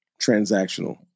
transactional